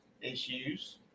issues